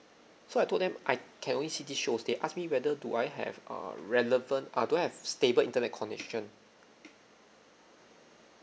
so I told them I can only see these shows they asked me whether do I have err relevant uh do I have stable internet connection